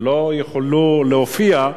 לא יוכלו להופיע,